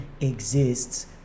exists